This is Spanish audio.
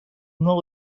nuevo